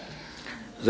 Hvala